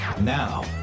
Now